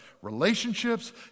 relationships